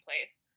place